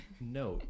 no